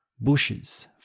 bushes